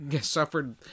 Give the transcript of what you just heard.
suffered